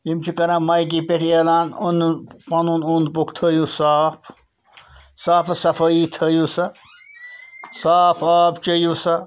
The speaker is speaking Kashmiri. یِم چھِ کَران مایکہِ پٮ۪ٹھ علان پَنُن اوٚنٛد پوٚکھ تھٲیِو صاف صافہٕ صَفٲیی تھٲیِو سا صاف آب چیٚیِو سا